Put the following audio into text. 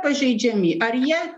pažeidžiami ar jie